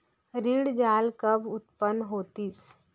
ऋण जाल कब उत्पन्न होतिस?